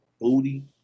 booty